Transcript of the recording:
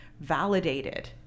validated